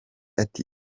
ati